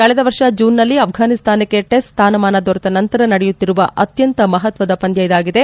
ಕಳೆದ ವರ್ಷ ಜೂನ್ ನಲ್ಲಿ ಅಫ್ರಾನಿಸ್ತಾನಕ್ಕೆ ಟೆಸ್ಟ್ ಸ್ನಾನಮಾನ ದೊರೆತ ನಂತರ ನಡೆಯುತ್ತಿರುವ ಅತ್ಯಂತ ಮಹತ್ವದ ಪಂದ್ಯ ಇದಾಗಿದೆ